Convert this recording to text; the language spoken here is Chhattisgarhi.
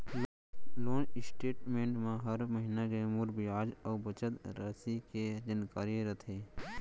लोन स्टेट मेंट म हर महिना के मूर बियाज अउ बचत रासि के जानकारी रथे